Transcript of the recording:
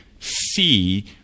see